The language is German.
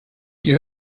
ihr